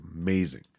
amazing